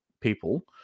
people